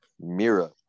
Mira